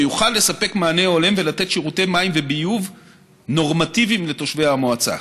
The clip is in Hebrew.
שיוכל לספק מענה הולם ולתת שירותי מים וביוב נורמטיביים לתושבי המועצה.